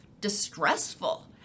distressful